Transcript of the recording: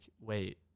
wait